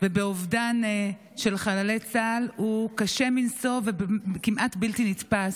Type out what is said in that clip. ובאובדן של חללי צה"ל הוא קשה מנשוא וכמעט בלתי נתפס.